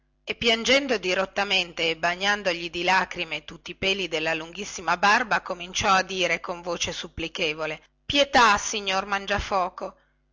e piangendo dirottamente e bagnandogli di lacrime tutti i peli della lunghissima barba cominciò a dire con voce supplichevole pietà signor mangiafoco